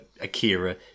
Akira